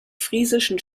friesischen